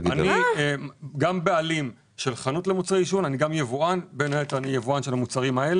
אני גם בעלים של חנות למוצרי עישון ואני גם יבואן.